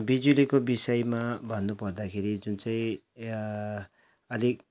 बिजुलीको विषयमा भन्न पर्दाखेरि जुन चाहिँ अलिक